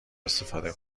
استفاده